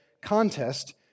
contest